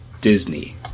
Disney